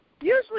Usually